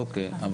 אוקיי,